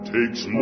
Takes